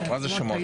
דחוף.